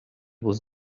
was